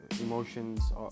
emotions